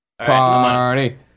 Party